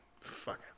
Fuck